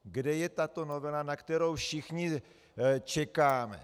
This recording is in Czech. Kde je tato novela, na kterou všichni čekáme?